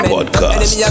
Podcast